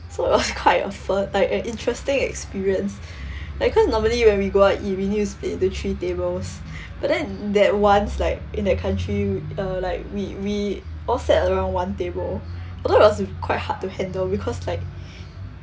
so it was quite a f~ like a interesting experience like cause normally when we go out eat we need to split into three tables but then that once like in that country uh like we we all sat around one table although it was quite hard to handle because like